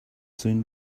soon